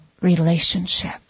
relationship